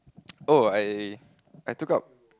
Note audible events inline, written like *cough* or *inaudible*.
*noise* oh I I took up